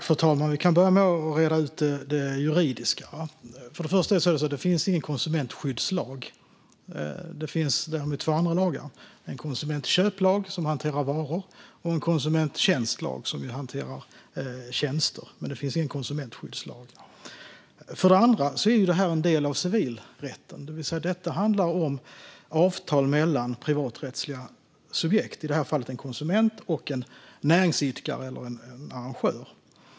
Fru talman! Vi kan börja med att reda ut det juridiska. För det första finns det ingen konsumentskyddslag. Däremot finns det två andra lagar: en konsumentköplag, som hanterar varor, och en konsumenttjänstlag, som hanterar tjänster. Det finns dock ingen konsumentskyddslag. För det andra är detta en del av civilrätten. Det handlar om avtal mellan privaträttsliga subjekt, i detta fall en konsument och en näringsidkare eller arrangör.